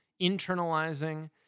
internalizing